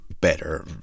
better